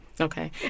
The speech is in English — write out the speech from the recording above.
Okay